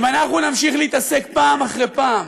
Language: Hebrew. אם אנחנו נמשיך להתעסק פעם אחרי פעם